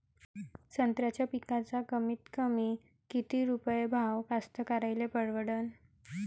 संत्र्याचा पिकाचा कमीतकमी किती रुपये भाव कास्तकाराइले परवडन?